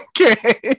Okay